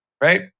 Right